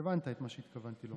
הבנת את מה שהתכוונתי לומר.